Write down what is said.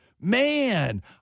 man